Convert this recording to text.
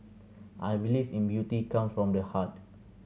I believe in beauty comes from the heart